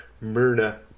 Myrna